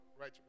right